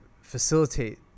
facilitate